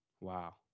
Wow